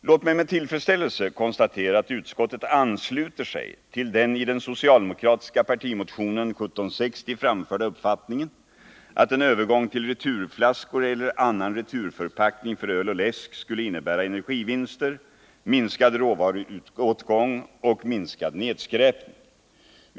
Låt mig med tillfredsställelse konstatera att utskottet ansluter till den i den socialdemokratiska partimotionen 1760 framförda uppfattningen att en övergång till returflaskor eller annan returförpackning för öl och läsk skulle innebära energivinster, minskad råvaruåtgång och minskad nedskräpning.